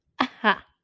Aha